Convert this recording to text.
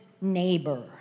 neighbor